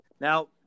Now